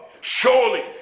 surely